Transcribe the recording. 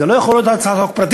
זו לא יכולה להיות הצעת חוק פרטית.